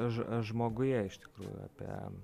aš aš žmoguje iš tikrųjų apie